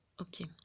Okay